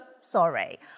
sorry